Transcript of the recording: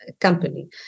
Company